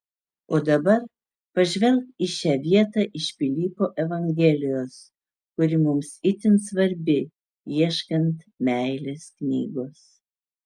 o dabar pažvelk į šią vietą iš pilypo evangelijos kuri mums itin svarbi ieškant meilės knygos